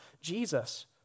Jesus